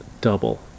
double